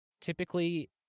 typically